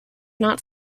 not